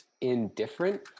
indifferent